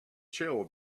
chill